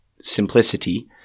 simplicity